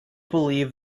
believe